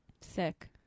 Sick